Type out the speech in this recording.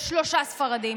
יש שלושה ספרדים.